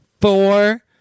four